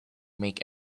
make